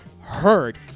heard